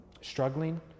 struggling